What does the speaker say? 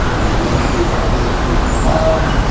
maybe the other states that were to vote tomorrow.